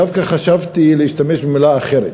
דווקא חשבתי להשתמש במילה אחרת.